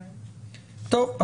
טוב,